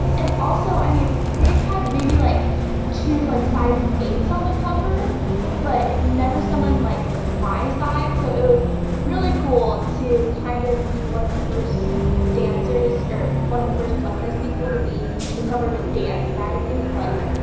um and also, i mean they've had maybe like two like size eight s on the cover but never someone like my size, so it was really cool to kind of be one of the first dancers, or one of the first plus size people to be the cover of a dance magazine. it's like,